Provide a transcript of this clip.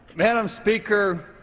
madam speaker,